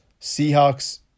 Seahawks